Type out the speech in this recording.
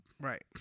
Right